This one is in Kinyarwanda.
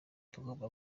tugomba